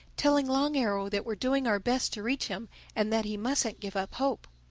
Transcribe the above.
telling long arrow that we're doing our best to reach him and that he mustn't give up hope?